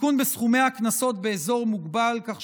תיקון בסכומי הקנסות באזור מוגבל כך